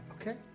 Okay